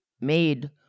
made